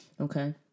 Okay